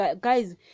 Guys